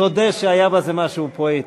תודה שהיה בזה משהו פואטי.